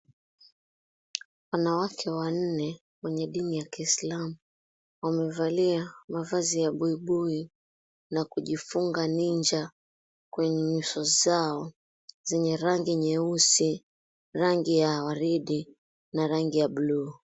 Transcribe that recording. Wanawake wanne wenye dini ya kiislamu wamevalia mavazi ya buibui na kujifunga ninja kwenye nyuso zao zenye rangi nyeusi, rangi ya waridi na rangi ya bluu.